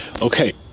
okay